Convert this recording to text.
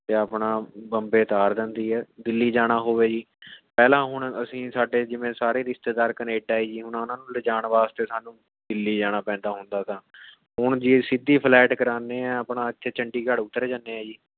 ਅਤੇ ਆਪਣਾ ਬੰਬੇ ਉਤਾਰ ਦਿੰਦੀ ਹੈ ਦਿੱਲੀ ਜਾਣਾ ਹੋਵੇ ਜੀ ਪਹਿਲਾਂ ਹੁਣ ਅਸੀਂ ਸਾਡੇ ਜਿਵੇਂ ਸਾਰੇ ਰਿਸ਼ਤੇਦਾਰ ਕਨੇਡਾ ਹੈ ਜੀ ਹੁਣ ਉਹਨਾਂ ਨੂੰ ਲਿਜਾਣ ਵਾਸਤੇ ਸਾਨੂੰ ਦਿੱਲੀ ਜਾਣਾ ਪੈਂਦਾ ਹੁੰਦਾ ਤਾ ਹੁਣ ਜੇ ਸਿੱਧੀ ਫਲਾਈਟ ਕਰਾਉਂਦੇ ਹੈ ਆਪਣਾ ਇੱਥੇ ਚੰਡੀਗੜ੍ਹ ਉਤਰ ਜਾਂਦੇ ਹੈ ਜੀ